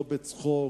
לא בצחוק,